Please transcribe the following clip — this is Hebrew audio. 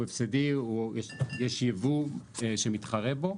יש ייבוא שמתחרה בו,